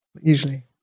usually